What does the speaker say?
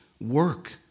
work